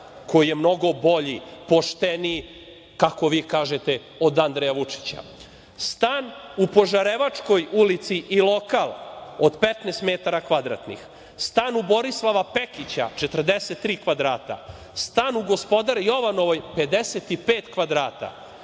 koji je mnogo bolji, pošteniji, kako vi kažete, od Andreja Vučića. Stan u Požarevačkoj ulici i lokal od 15 metara kvadratnih, stan u Borislava Pekića 43 kvadrata, stan u Gospodar Jovanovoj 55 kvadrata,